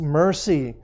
mercy